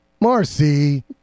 Marcy